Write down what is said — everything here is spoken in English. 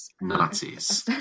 Nazis